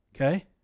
Okay